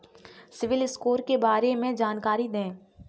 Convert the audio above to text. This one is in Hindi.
सिबिल स्कोर के बारे में जानकारी दें?